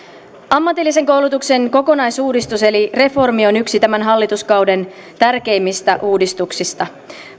ammatillisen koulutuksen kokonaisuudistus eli reformi on yksi tämän hallituskauden tärkeimmistä uudistuksista